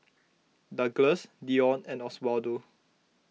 Douglass Dionne and Oswaldo